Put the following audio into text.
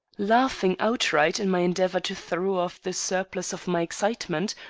laughing outright in my endeavor to throw off the surplus of my excitement,